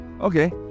Okay